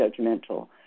judgmental